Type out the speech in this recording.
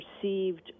perceived